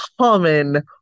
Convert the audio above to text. common